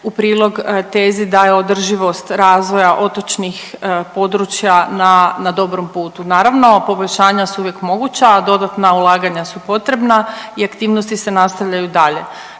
u prilog tezi da je održivost razvoja otočnih područja na dobrom putu. Naravno poboljšanja su uvijek moguća a dodatna ulaganja su potrebna i aktivnosti se nastavljaju dalje